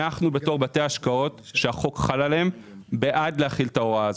אנחנו כבתי השקעות שהחוק חל עליהם בעד להחיל את ההוראה הזאת.